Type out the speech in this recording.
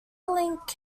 link